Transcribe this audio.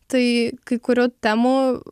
tai kai kurių temų